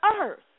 earth